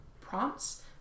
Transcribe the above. prompts